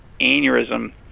aneurysm